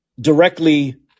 directly